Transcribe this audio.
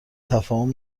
تفاهم